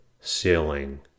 ceiling